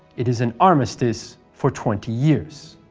it is an armistice for twenty years.